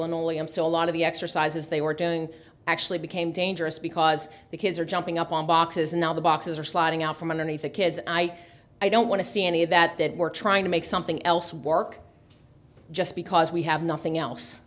i'm so a lot of the exercises they were doing actually became dangerous because the kids are jumping up on boxes now boxes are sliding out from underneath the kids i i don't want to see any of that that we're trying to make something else work just because we have nothing else